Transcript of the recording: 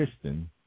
Kristen